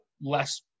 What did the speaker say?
less